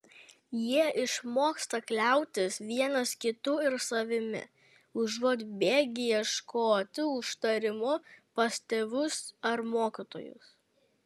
jie išmoksta kliautis vienas kitu ir savimi užuot bėgę ieškoti užtarimo pas tėvus ar mokytojus